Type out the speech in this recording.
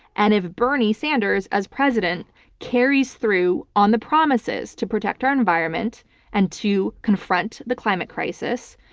and if bernie sanders as president carries through on the promises to protect our environment and to confront the climate crisis,